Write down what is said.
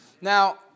Now